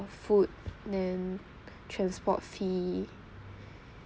uh food then transport fee